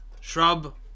shrub